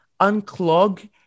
unclog